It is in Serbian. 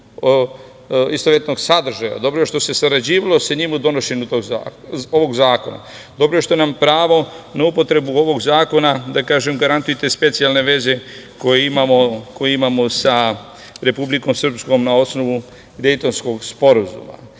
istovetnom sadržaju, dobro je što se sarađivalo sa njima u donošenju ovog zakona, dobro je što nam pravo na upotrebu ovog zakona garantuju te specijalne veze koje imamo sa Republikom Srpskom na osnovu Dejtonskog sporazuma. Jednom